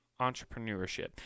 entrepreneurship